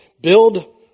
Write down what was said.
build